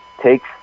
takes